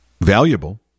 valuable